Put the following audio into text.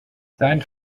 sein